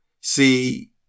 see